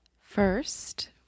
First